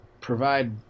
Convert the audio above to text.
provide